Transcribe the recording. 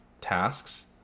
tasks